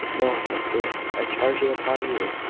no, hester i charge it upon you.